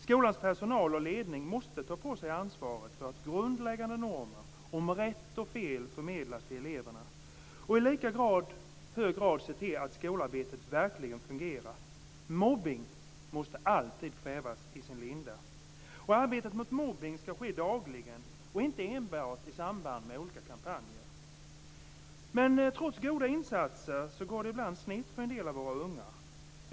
Skolans personal och ledning måste ta på sig ansvaret för att grundläggande normer om rätt och fel förmedlas till eleverna och i lika hög grad se till att skolarbetet verkligen fungerar. Mobbning måste alltid kvävas i sin linda. Och arbetet mot mobbning måste ske dagligen och inte enbart i samband med olika kampanjer. Men trots goda insatser går det ibland snett för en del av våra ungar.